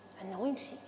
anointing